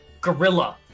gorilla